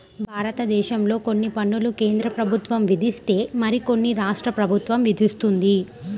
భారతదేశంలో కొన్ని పన్నులు కేంద్ర ప్రభుత్వం విధిస్తే మరికొన్ని రాష్ట్ర ప్రభుత్వం విధిస్తుంది